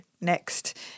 next